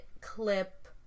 clip